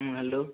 hello